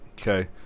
okay